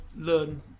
learn